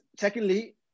secondly